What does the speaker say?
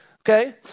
Okay